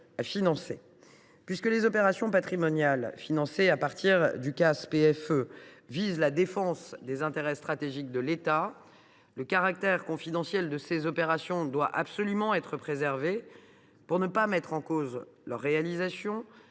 à financer. Puisque les opérations patrimoniales financées à partir de ce compte visent la défense des intérêts stratégiques de l’État, le caractère confidentiel de ces opérations doit être absolument préservé, afin de ne pas mettre en cause leur réalisation